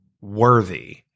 worthy